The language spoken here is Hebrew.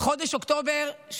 חודש אוקטובר,